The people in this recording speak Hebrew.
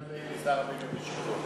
אני אז הייתי שר הבינוי והשיכון.